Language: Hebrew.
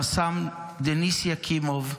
רס"ם דניס יקימוב,